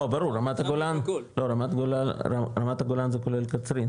לא, ברור, רמת הגולן זה כולל קצרין.